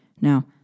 Now